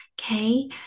Okay